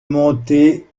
monter